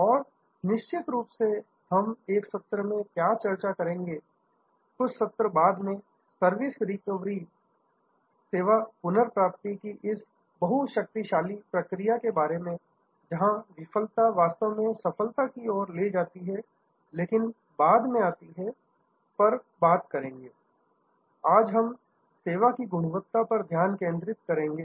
और निश्चित रूप से हम एक सत्र में क्या चर्चा करेंगे कुछ सत्र बाद में सर्विस रिकवरी सेवा पुनर्प्राप्ति कि इस बहुत शक्तिशाली प्रक्रिया के बारे में जहां विफलता वास्तव में सफलता की ओर ले जाती है लेकिन बाद में आती है पर बात करेंगे आज हम सेवा की गुणवत्ता पर ध्यान केंद्रित करेंगे